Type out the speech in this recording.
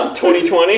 2020